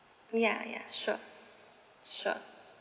ya ya sure sure